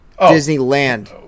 Disneyland